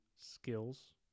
skills